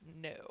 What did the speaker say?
No